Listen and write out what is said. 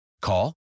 Call